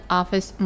office